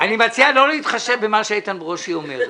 אני מציע לא להתחשב במה שאיתן ברושי אומר.